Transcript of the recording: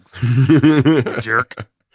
Jerk